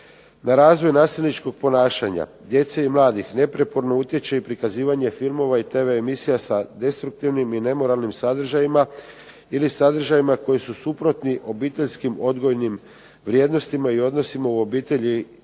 Na razvoj nasilničkog ponašanja djece i mladih neprijeporno utječe i prikazivanje filmova i TV emisija sa destruktivnim i nemoralnim sadržajima ili sadržajima koji su suprotni obiteljskim odgojnim vrijednostima i odnosima u obitelji